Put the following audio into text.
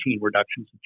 reductions